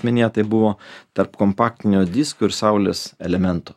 minėtai buvo tarp kompaktinių disko ir saulės elementų